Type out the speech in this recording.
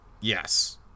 Yes